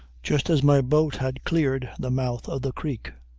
just as my boat had cleared the mouth of the creek.